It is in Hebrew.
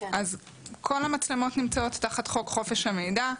כל המצלמות נמצאות תחת חוק חופש המידע,